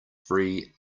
free